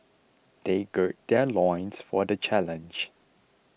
they gird their loins for the challenge